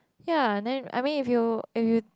ya then I mean if you if you